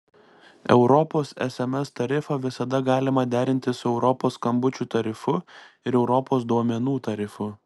europos sms tarifą visada galima derinti su europos skambučių tarifu ir europos duomenų tarifu